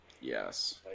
Yes